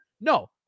No